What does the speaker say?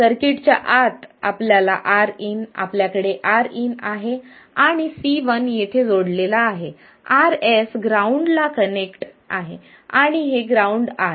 सर्किटच्या आत आपल्याकडे Rin आहे आणि C1 येथे जोडलेला आहे Rs ग्राउंड ला कनेक्ट आणि हे ग्राउंड आहे